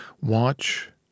Watch